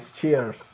Cheers